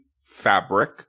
fabric